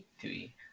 three